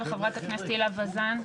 אחר כך חברת הכנסת הילה וזאן.